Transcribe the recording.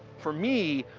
for me,